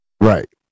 Right